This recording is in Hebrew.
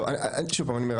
טוב, שוב פעם אני אומר.